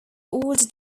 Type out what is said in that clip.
older